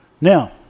Now